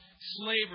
slavery